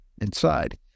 inside